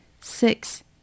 Six